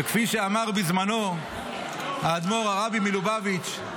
וכפי שאמר בזמנו האדמו"ר הרבי מלובביץ,